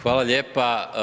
Hvala lijepa.